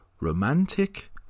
romantic